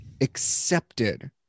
accepted